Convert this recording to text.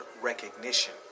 recognition